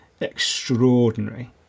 extraordinary